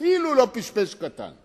אפילו לא פשפש קטן.